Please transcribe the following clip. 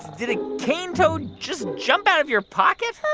did a cane toad just jump out of your pocket?